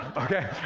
okay.